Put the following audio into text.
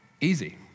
Easy